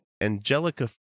Angelica